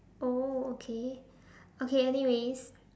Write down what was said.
oh okay okay anyways